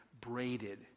braided